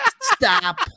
Stop